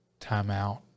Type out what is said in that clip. timeout